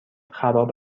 خراب